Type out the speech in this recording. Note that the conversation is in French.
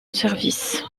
service